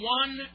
one